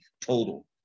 total